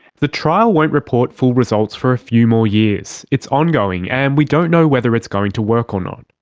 the trial won't report full results for a few more years, it's ongoing and we don't know whether it's going to work or not.